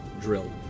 Drill